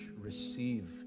receive